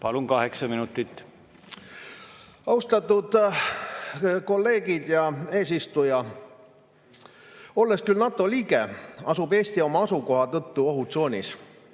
Palun, kaheksa minutit! Austatud kolleegid! Hea eesistuja! Olles küll NATO liige, asub Eesti oma asukoha tõttu ohutsoonis.